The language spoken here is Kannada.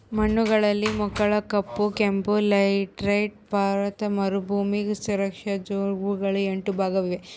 ಮಣ್ಣುಗಳಲ್ಲಿ ಮೆಕ್ಕಲು, ಕಪ್ಪು, ಕೆಂಪು, ಲ್ಯಾಟರೈಟ್, ಪರ್ವತ ಮರುಭೂಮಿ, ಕ್ಷಾರೀಯ, ಜವುಗುಮಣ್ಣು ಎಂಟು ಭಾಗ ಇವೆ